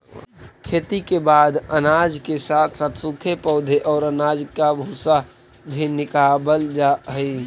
खेती के बाद अनाज के साथ साथ सूखे पौधे और अनाज का भूसा भी निकावल जा हई